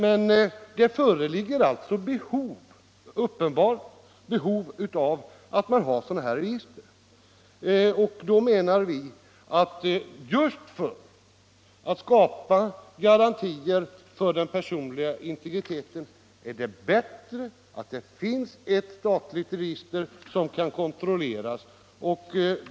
Men det föreligger alltså ett uppenbart behov av sådana här register, och då menar vi att just med tanke på angelägenheten av att skapa garantier för den personliga integriteten är det bättre att det finns ett statligt register som kan kontrolleras.